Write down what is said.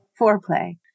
foreplay